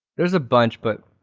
there's a bunch but,